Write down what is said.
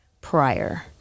prior